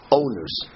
owners